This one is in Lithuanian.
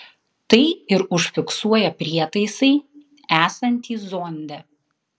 tai ir užfiksuoja prietaisai esantys zonde